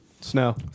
Snow